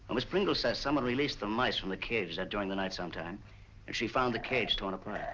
miss pringle said someone released the mice from the cage that during the night sometime and she found the cage torn apart.